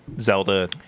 Zelda